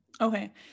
Okay